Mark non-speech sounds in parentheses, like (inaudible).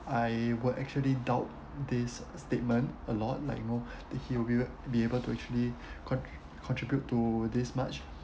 I would actually doubt this statement a lot like you know (breath) that he will be able to actually (breath) contri~ contribute to this much